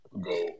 go